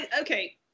okay